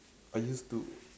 I used to